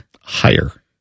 Higher